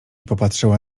popatrzyła